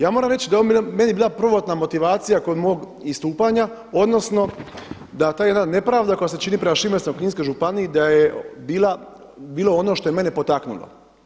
Ja moram reći da je ovo meni bila prvotna motivacija kod mog istupanja, odnosno da ta jedna nepravda koja se čini prema Šibensko-kninskoj županiji da je bila, bilo ono što je mene potaknulo.